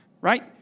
right